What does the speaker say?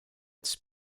its